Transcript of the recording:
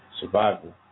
survival